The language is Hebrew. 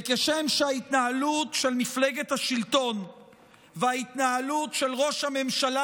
וכשם שההתנהלות של מפלגת השלטון וההתנהלות של ראש הממשלה